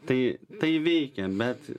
tai tai veikia bet